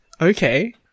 Okay